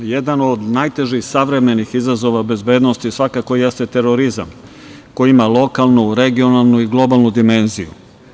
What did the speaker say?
Jedan od najtežih savremenih izazova bezbednosti svakako jeste terorizam, koji ima lokalnu, regionalnu i globalnu dimenziju.